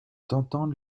tentant